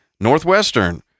Northwestern